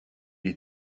est